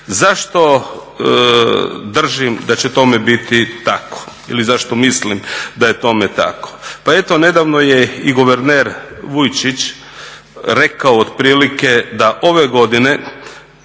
Zašto držim da će tome biti tako ili zašto mislim da je tome tako? Pa eto nedavno je i guverner Vujčić rekao otprilike da ove godine